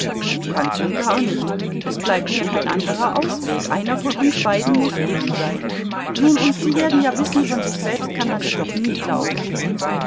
ganz und gar nicht es bleibt mir kein anderer ausweg einer von uns beiden muß dumm sein nun und sie werden ja wissen von sich selbst kann man das doch nie glauben